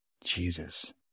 Jesus